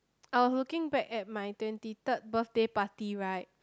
I was looking back at my twenty third birthday party right